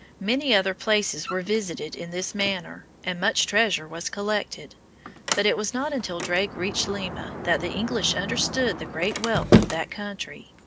many other places were visited in this manner, and much treasure was collected but it was not until drake reached lima that the english understood the great wealth of that country.